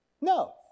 no